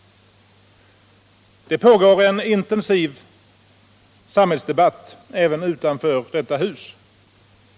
Det pågår en intensiv samhällsdebatt även utanför detta hus.